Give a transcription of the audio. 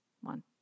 One